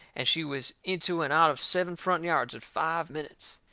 and she was into and out of seven front yards in five minutes.